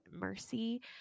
mercy